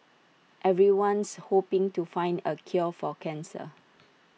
everyone's hoping to find the cure for cancer